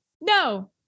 no